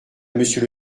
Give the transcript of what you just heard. monsieur